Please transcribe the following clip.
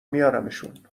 میارمشون